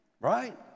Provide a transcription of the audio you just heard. right